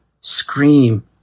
scream